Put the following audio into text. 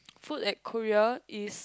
food at Korea is